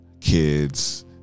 kids